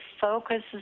focuses